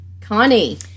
Connie